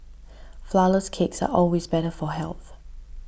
Flourless Cakes are always better for health